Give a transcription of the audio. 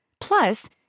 Plus